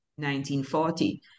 1940